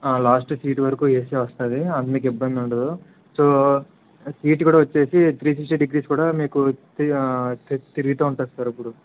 ఆ last seat వరకు AC వస్తుంది అది మీకు ఇబ్బంది ఉండదు సో సీట్ కూడా వచ్చేసి త్రీ సిక్స్టీ డిగ్రీస్ కూడా మీకు తిరుగుతూ ఉంటుంది సార్ ఎప్పుడూ